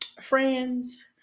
friends